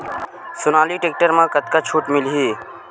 Sonalika tractor म कतका छूट मिलही?